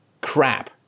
crap